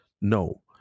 No